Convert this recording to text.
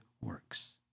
works